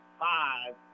five